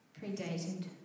predated